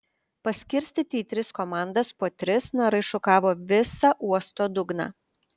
paskirstyti į tris komandas po tris narai šukavo visą uosto dugną